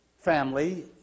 family